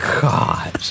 God